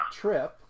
trip